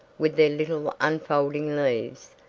with their little unfolding leaves,